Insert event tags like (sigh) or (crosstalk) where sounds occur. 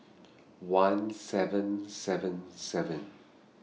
(noise) one seven seven seven